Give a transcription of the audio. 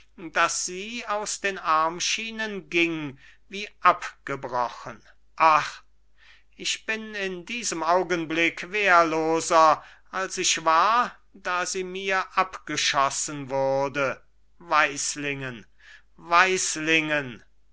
daß sie aus den armschienen ging wie abgebrochen ach ich bin in diesem augenblick wehrloser als ich war da sie mir abgeschossen wurde